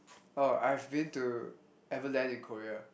oh I've been to Everland in Korea